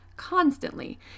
constantly